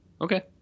Okay